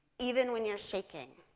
even when you're shaking.